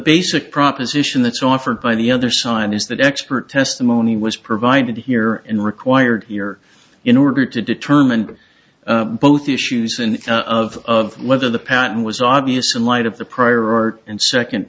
basic proposition that's offered by the other side is that expert testimony was provided here in required here in order to determine both issues and of of whether the patent was obvious in light of the prior art and second